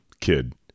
kid